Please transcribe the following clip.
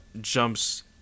jumps